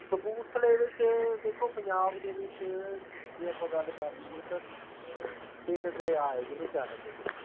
ਕਪੂਰਥਲੇ ਵਿੱਚ ਦੇਖੋ ਪੰਜਾਬ ਦੇ ਵਿੱਚ ਜੇ ਆਪਾਂ ਗੱਲ ਕਰ ਲਈਏ ਤਾਂ ਤਿੰਨ ਦਰਿਆ ਹੈ ਜਿਹੜੇ ਚੱਲਦੇ ਹੈ